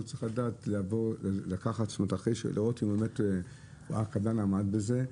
זאת אומרת לראות אם באמת הקבלן עמד בזה,